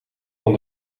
van